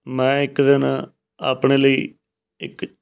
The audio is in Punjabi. ਮੈਂ ਇੱਕ ਦਿਨ ਆਪਣੇ ਲਈ ਇੱਕ